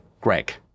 greg